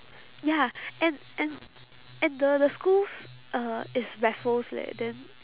ya and and and the the schools uh is raffles leh then